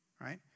right